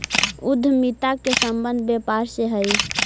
उद्यमिता के संबंध व्यापार से हई